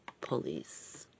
police